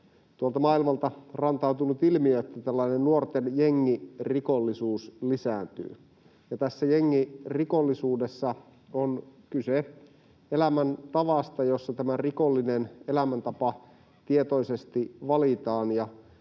maailmalta rantautunut, että nuorten jengirikollisuus lisääntyy. Tässä jengirikollisuudessa on kyse elämäntavasta, jossa rikollinen elämäntapa tietoisesti valitaan.